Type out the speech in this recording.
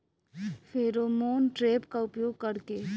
Pheromone trap का उपयोग कर के?